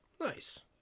Nice